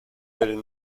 del